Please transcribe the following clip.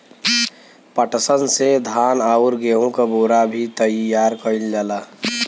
पटसन से धान आउर गेहू क बोरा भी तइयार कइल जाला